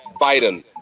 Biden